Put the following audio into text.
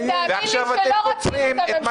ותאמין לי שלא רצינו את הממשלה הזאת.